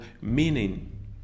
meaning